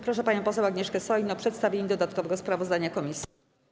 Proszę panią poseł Agnieszkę Soin o przedstawienie dodatkowego sprawozdania komisji.